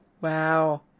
Wow